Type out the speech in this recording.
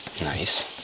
Nice